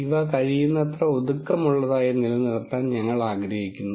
ഇവ കഴിയുന്നത്ര ഒതുക്കമുള്ളതായി നിലനിർത്താൻ ഞങ്ങൾ ആഗ്രഹിക്കുന്നു